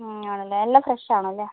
ആണല്ലേ എല്ലാം ഫ്രഷ് ആണ് അല്ലേ